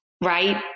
Right